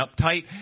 uptight